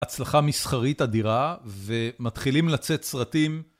הצלחה מסחרית אדירה ומתחילים לצאת סרטים.